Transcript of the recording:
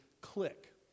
click